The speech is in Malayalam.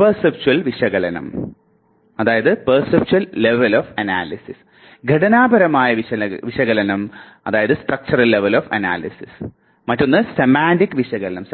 പെർസെപ്ച്വൽ വിശകലനം ഘടനാപരമായ വിശകലനം സെമാൻറിക് വിശകലനം